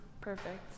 Perfect